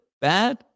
Bad